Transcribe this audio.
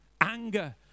Anger